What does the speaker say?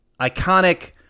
iconic